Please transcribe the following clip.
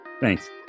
Thanks